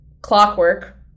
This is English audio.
Clockwork